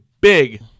big